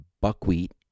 buckwheat